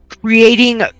Creating